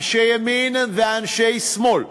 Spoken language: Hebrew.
אנשי ימין ואנשי שמאל.